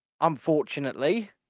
unfortunately